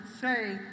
say